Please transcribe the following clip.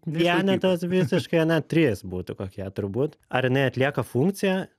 vienetas visiškai ane trys būtų kokie turbūt ar jinai atlieka funkciją